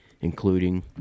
including